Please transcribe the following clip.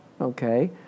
Okay